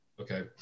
okay